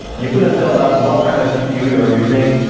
you couldn't tell that what kind of gpu you are using.